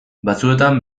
batzuetan